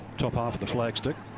top half of the flagstick.